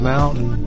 Mountain